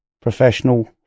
professional